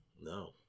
No